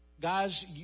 Guys